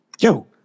yo